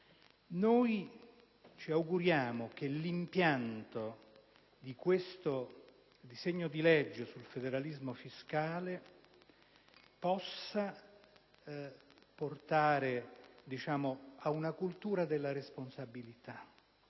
Ci auguriamo che l'impianto del disegno di legge sul federalismo fiscale possa portare ad una cultura della responsabilità